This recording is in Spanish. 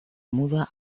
muda